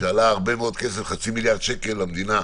שעלה הרבה מאוד כסף, חצי מיליארד שקל למדינה,